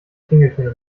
klingeltöne